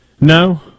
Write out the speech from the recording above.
No